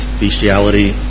bestiality